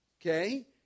Okay